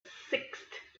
sixth